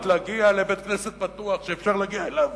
להגיע לבית-כנסת פתוח שאפשר להגיע אליו